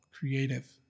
creative